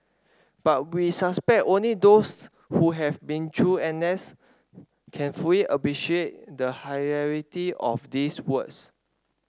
but we suspect only those who have been through N S can fully appreciate the hilarity of these words